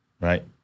Right